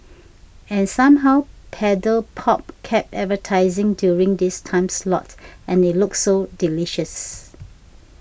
and somehow Paddle Pop kept advertising during this time slot and it looked so delicious